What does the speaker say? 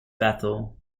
bethel